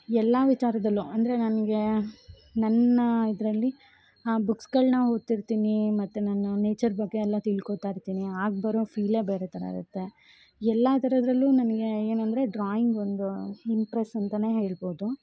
ಎಲ್ಲ ವಿಚಾರದಲ್ಲು ಅಂದರೆ ನನಗೆ ನನ್ನ ಇದರಲ್ಲಿ ಆ ಬುಕ್ಸ್ಗಳನ್ನ ಓದ್ತಿರ್ತೀನೀ ಮತ್ತು ನಾನು ನೇಚರ್ ಬಗ್ಗೆ ಎಲ್ಲ ತಿಳ್ಕೋತ ಇರ್ತೀನಿ ಆಗ ಬರೋ ಫೀಲೇ ಬೇರೆ ಥರ ಇರುತ್ತೆ ಎಲ್ಲ ಥರದ್ರಲ್ಲು ನಮಗೇ ಏನಂದರೆ ಡ್ರಾಯಿಂಗ್ ಒಂದು ಇಂಪ್ರೆಸ್ ಅಂತಾನೆ ಹೇಳ್ಬೋದು